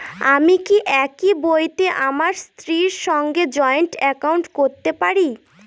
আমি কি একই বইতে আমার স্ত্রীর সঙ্গে জয়েন্ট একাউন্ট করতে পারি?